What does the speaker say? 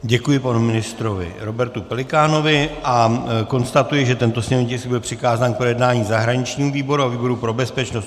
Děkuji panu ministrovi Robertu Pelikánovi a konstatuji, že tento sněmovní tisk byl přikázán k projednání v zahraničním výboru a výboru pro bezpečnost.